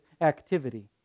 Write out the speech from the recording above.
activity